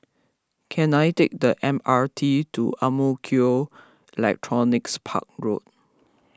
can I take the M R T to Ang Mo Kio Electronics Park Road